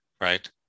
right